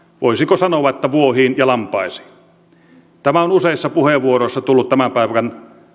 voisiko sanoa että vuohiin ja lampaisiin tämä on useissa puheenvuoroissa tullut tämän päivän